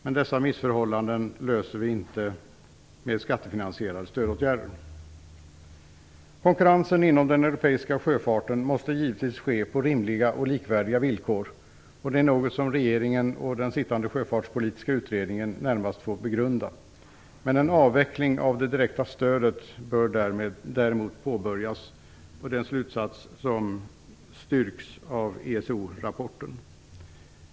Men dessa missförhållanden löser vi inte med skattefinansierade stödåtgärder. Konkurrensen inom den europeiska sjöfarten måste givetvis ske på rimliga och likvärdiga villkor, något som regeringen och den sittande sjöfartspolitiska utredningen närmast får begrunda. En avveckling av det direkta stödet bör däremot påbörjas. Denna slutsats styrks av ESO-rapporten.